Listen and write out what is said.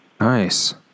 nice